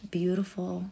beautiful